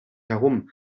herum